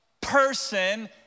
person